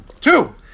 Two